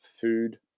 food